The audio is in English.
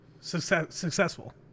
successful